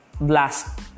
blast